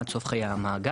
עד סוף חיי המאגר.